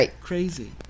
crazy